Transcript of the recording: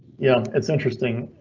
yeah, it's interesting.